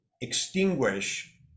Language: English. extinguish